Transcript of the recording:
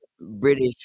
british